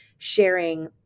sharing